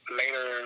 later